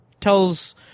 tells